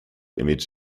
image